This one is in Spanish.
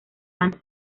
banda